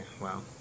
wow